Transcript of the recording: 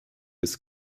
des